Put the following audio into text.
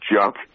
junk